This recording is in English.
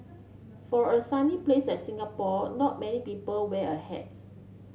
for a sunny places like Singapore not many people wear a hats